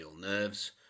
nerves